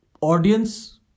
audience